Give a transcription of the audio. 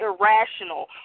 irrational